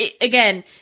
again